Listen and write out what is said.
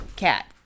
Cat